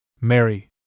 Mary